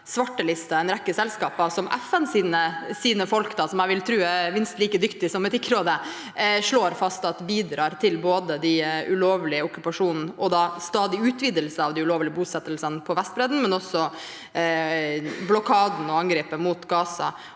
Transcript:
svartelistet en rekke selskaper som FNs folk – som jeg vil tro er minst like dyktige som Etikkrådets folk – slår fast bidrar til både den ulovlige okkupasjonen og de stadige utvidelsene av de ulovlige bosettingene på Vestbredden og til blokaden og angrepet mot Gaza.